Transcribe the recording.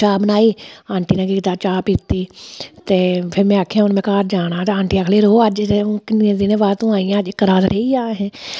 चाह् बनाई आंटी ने केह् कीता चाह् पीती ते फिर में आखेआ हून में घर जाना ते आंटी आखन लगी रौह् हून किन्ने दिनें बाद तू आई ऐं ते इक रात रेही जा अहें